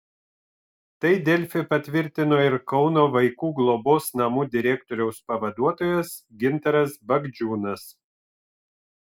tai delfi patvirtino ir kauno vaikų globos namų direktoriaus pavaduotojas gintaras bagdžiūnas